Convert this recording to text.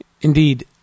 Indeed